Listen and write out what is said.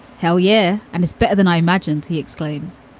hell, yeah. and it's better than i imagined, he exclaims.